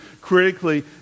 critically